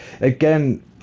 Again